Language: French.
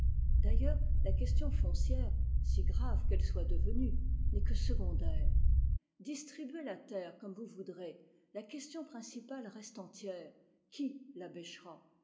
d'ailleurs la question foncière si grave qu'elle soit devenue n'est que secondaire distribuez la terre comme vous voudrez la question principale reste entière qui la bêchera